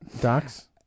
docs